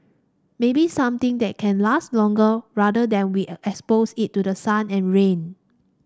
maybe something that can last longer rather than we expose it to the sun and rain